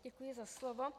Děkuji za slovo.